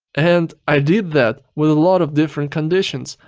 and i did that with a lot of different conditions,